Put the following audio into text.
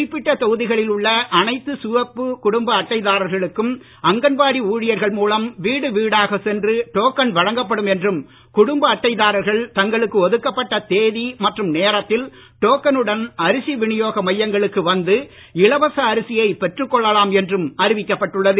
குறிப்பிட்ட தொகுதிகளில் உள்ள அனைத்து சிவப்பு குடும்ப அட்டை தாரர்களுக்கும் அங்கன்வாடி ஊழியர்கள் மூலம் வீடு வீடாகச் சென்று டோக்கன் வழங்கப்படும் என்றும் குடும்ப அட்டை தாரர்கள் தங்களுக்கு ஒதுக்கப்பட்ட தேதி மற்றும் நேரத்தில் டோக்கனுடன் அரிசி வினியோக மையங்களுக்கு வந்து இலவச அரிசியை பெற்றுக் கொள்ளலாம் என்றும் அறிவிக்கப்பட்டுள்ளது